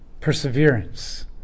perseverance